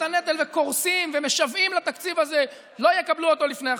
הנטל וקורסים ומשוועים לתקציב הזה לא יקבלו אותו לפני החגים.